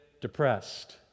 depressed